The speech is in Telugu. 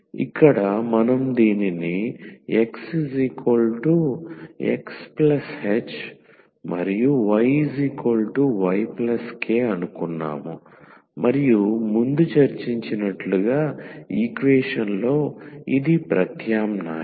ఇక్కడ మనం దీనిని 𝑥 𝑋 ℎ 𝑦 𝑌 𝑘 అనుకున్నాము మరియు ముందు చర్చించినట్లుగా ఈక్వేషన్ లో ఇది ప్రత్యామ్నాయం